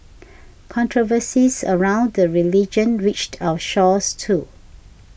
controversies around the religion reached our shores too